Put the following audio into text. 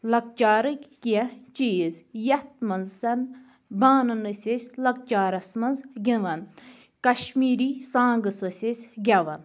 لۄکچارٕکۍ کیٚنٛہہ چیٖز یَتھ منٛز زَن بانَن أسۍ أسۍ لۄکچارس منٛز گِون کشمیٖری سانٛگٕس ٲسۍ أسۍ گیٚون